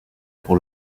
pour